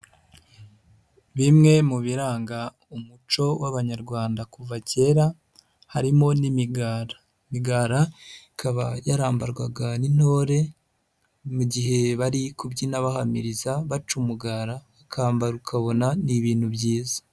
Bimwe mu biranga umuco w'Abanyarwanda kuva kera harimo n'imigara. Imigara ikaba yarambarwaga n'intore mu gihe bari kubyina bahamiriza, baca umugara bakambara ukabona ni ibintu byiza.